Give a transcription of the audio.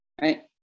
Right